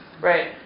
right